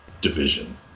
division